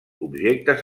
objectes